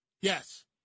yes